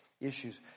issues